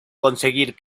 conseguir